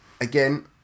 Again